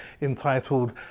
entitled